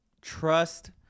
trust